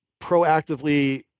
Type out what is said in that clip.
proactively